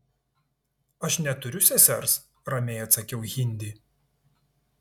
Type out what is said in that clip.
aš neturiu sesers ramiai atsakiau hindi